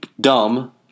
dumb